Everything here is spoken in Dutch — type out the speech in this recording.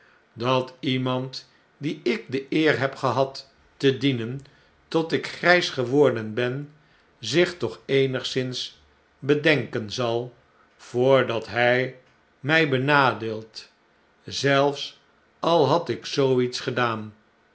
dat iemand dien ik de eer heb gehad te dienen tot ik grijs geworden ben zich toch eenigszins bedenken zal voordat hy my benadeelt zelfs al had ik zoo iets gedaan